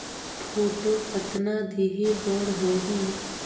Photo कतना देहें बर होहि?